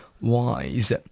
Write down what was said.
Wise